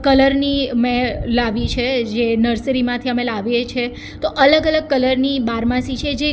કલરની મેં લાવી છે જે નર્સરીમાંથી અમે લાવીએ છીએ તો અલગ અલગ કલરની બારમાસી છે જે